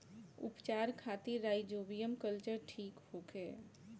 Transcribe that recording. उपचार खातिर rhizobium culture ठीक होखे?